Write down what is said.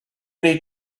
need